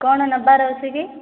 କ'ଣ ନେବାର ଅଛି କି